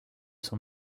son